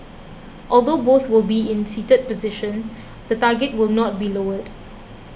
although both will be in a seated position the target will not be lowered